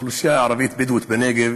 האוכלוסייה הערבית-בדואית בנגב